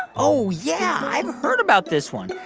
oh, yeah. i've heard about this one.